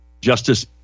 Justice